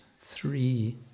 three